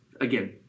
again